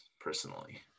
personally